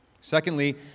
Secondly